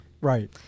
Right